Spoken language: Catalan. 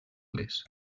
les